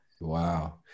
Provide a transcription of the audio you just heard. Wow